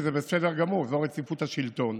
וזה בסדר גמור, זו רציפות השלטון,